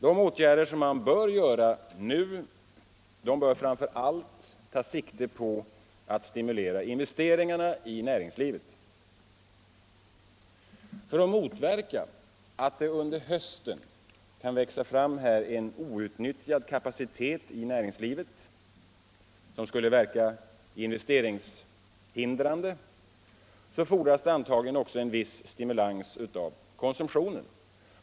Dessa åtgärder bör framför allt ta sikte på att stimulera investeringarna inom näringslivet. För att motverka att det under hösten kan växa fram en outnyttjad kapacitet i näringslivet som skulle verka investeringshindrande, fordras antagligen viss stimulans av konsumtionen.